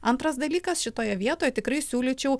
antras dalykas šitoje vietoje tikrai siūlyčiau